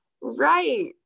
right